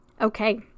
Okay